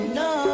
no